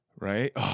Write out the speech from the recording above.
right